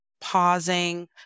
pausing